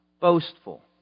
boastful